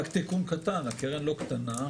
רק תיקון קטן, הקרן לא קטנה.